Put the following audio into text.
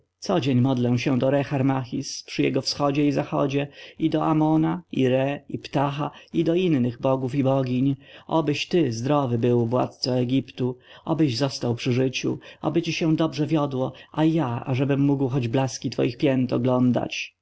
codzień modlę się do re harmachis przy jego wschodzie i zachodzie i do amona i re i ptaha i do innych bogów i bogiń obyś ty zdrów był władco egiptu obyś został przy życiu oby ci się dobrze wiodło a ja ażebym mógł choć blaski twoich pięt oglądać